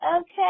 Okay